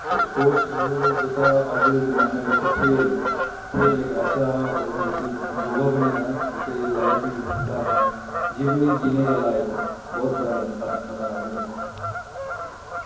ते स्पोर्ट्स जेह्का अज्ज दे जमाने बिच खेल खेल इक ऐसा ओह् इक योगा बनी दा ऐ जेह्के लाइफ ही मतलब अपने जीवन ही जीने गल्ला इक बहुत बड़ा बड्डा अधार बनी गेदा